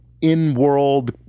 in-world